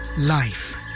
Life